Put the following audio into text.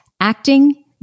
acting